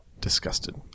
disgusted